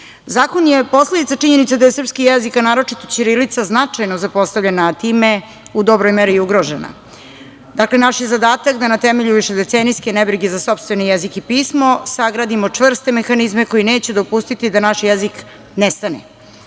je posledica činjenice da je srpski jezik, a naročito ćirilica značajno zapostavljen, a time u dobroj meri i ugrožena. Dakle, naš je zadatak da na temelju višedecenijske nebrige za sopstveni jezik i pismo sagradimo čvrste mehanizme koji neće dopustiti da naš jezik